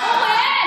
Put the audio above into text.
בחייאת.